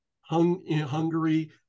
Hungary